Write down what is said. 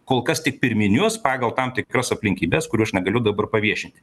kol kas tik pirminius pagal tam tikras aplinkybes kurių aš negaliu dabar paviešinti